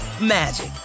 magic